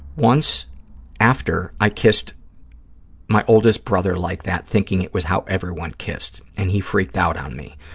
once after, i kissed my oldest brother like that, thinking it was how everyone kissed, and he freaked out on me,